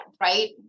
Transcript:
right